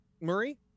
Murray